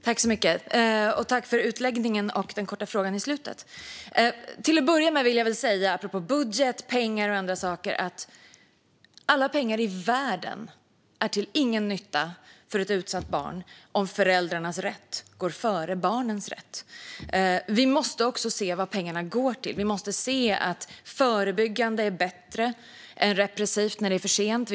Herr ålderspresident! Jag tackar för utläggningen och den korta frågan på slutet. Till att börja med vill jag apropå budget, pengar och andra saker säga att alla pengar i världen är till ingen nytta för ett utsatt barn om föräldrarnas rätt går före barnens rätt. Vi måste också se vad pengarna går till. Vi måste se att förebyggande är bättre än repressivt när det är för sent.